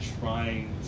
trying